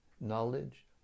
knowledge